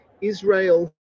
Israel